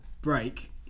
break